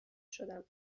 شدم